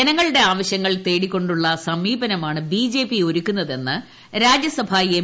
ജനങ്ങളുടെ ആവശ്യങ്ങൾ തേടിക്കൊണ്ടുള്ള സമീപനമാണ് ബി ജെ പി ഒരുക്കുന്നതെന്ന് രാജ്യസഭ എം